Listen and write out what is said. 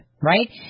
right